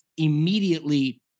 immediately